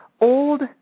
old